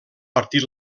partit